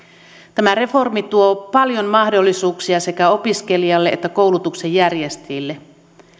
tämä reformi tuo paljon mahdollisuuksia sekä opiskelijalle että koulutuksen järjestäjille